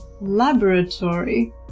laboratory